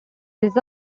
his